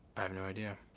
i have no idea.